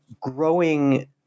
growing